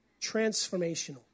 Transformational